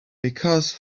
because